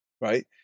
right